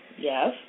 Yes